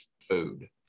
food